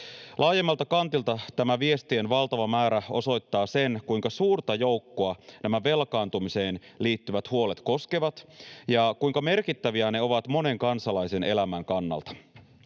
Laajemmalta kantilta tämä viestien valtava määrä osoittaa sen, kuinka suurta joukkoa nämä velkaantumiseen liittyvät huolet koskevat ja kuinka merkittäviä ne ovat monen kansalaisen elämän kannalta.